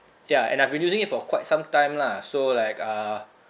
ya and I've been using it for quite some time lah so like uh